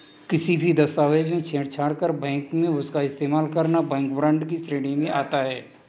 किसी भी दस्तावेज से छेड़छाड़ कर बैंक में उसका इस्तेमाल करना बैंक फ्रॉड की श्रेणी में आता है